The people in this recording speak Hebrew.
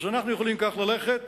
אז אנחנו יכולים ללכת